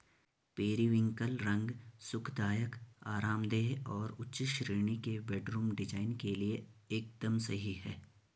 periwinkle रंग सुखदायक, आरामदेह और उच्च श्रेणी के बेडरूम डिजाइन के लिए एकदम सही है